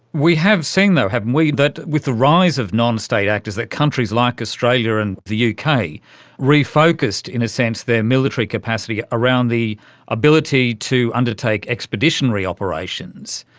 we have seen though, haven't we, that with the rise of non-state actors, that countries like australia and the uk kind of refocused, in a sense, their military capacity around the ability to undertake expeditionary operations.